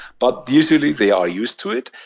but usually they are used to it,